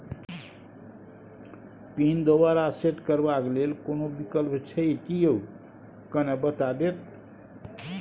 Pin दोबारा set करबा के लेल कोनो विकल्प छै की यो कनी बता देत?